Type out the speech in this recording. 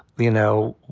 you know,